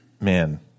man